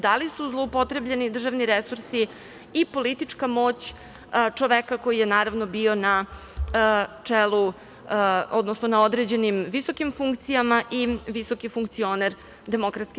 Da li su zloupotrebljeni državni resursi i politička moć čoveka koji je naravno bio na čelu, odnosno na određenim visokim funkcijama i visoki funkcioner DS?